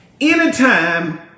Anytime